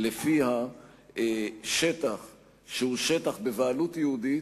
שלפיה שטח שהוא בבעלות יהודית,